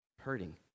hurting